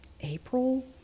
April